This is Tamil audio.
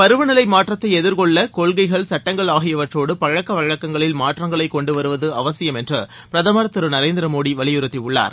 பருவநிலை மாற்றத்தை எதிர்கொள்ள கொள்கைகள் சட்டங்கள் ஆகியவற்றோடு பழக்கவழக்கங்களில் மாற்றங்களை கொண்டு வருவது அவசியம் என்று பிரதமர் திரு நரேந்திர மோடி வலியறுத்தியுள்ளார்